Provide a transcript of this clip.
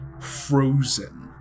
frozen